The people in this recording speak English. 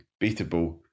beatable